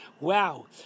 Wow